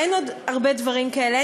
אין עוד הרבה דברים כאלה,